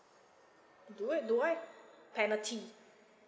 do I do I penalty